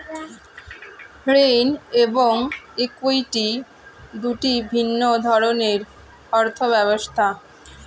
ঋণ এবং ইক্যুইটি দুটি ভিন্ন ধরনের অর্থ ব্যবস্থা